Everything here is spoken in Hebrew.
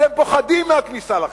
אתם פוחדים מהכניסה לחדר.